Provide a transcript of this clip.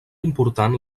important